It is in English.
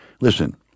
listen